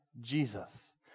Jesus